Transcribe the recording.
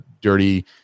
dirty